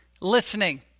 listening